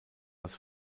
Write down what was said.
das